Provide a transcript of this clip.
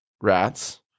rats